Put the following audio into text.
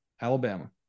Alabama